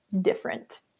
different